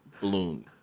balloon